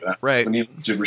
right